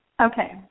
okay